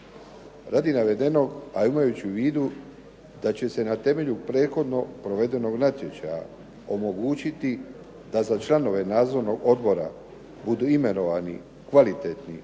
Radi navedenog a imajući u vidu da će se na temelju prethodno provedenog natječaja omogućiti da za članove nadzornog odbora budu imenovani kvalitetni